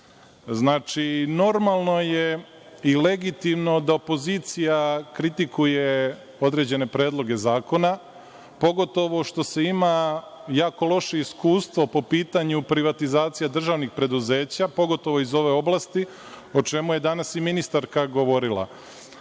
posla? Znači, normalno je i legitimno da opozicija kritikuje određene predloge zakona, pogotovo što se ima jako loše iskustvo po pitanju privatizacije državnih preduzeća, pogotovo iz ove oblasti, o čemu je danas i ministarka govorila.